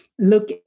Look